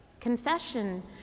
confession